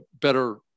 better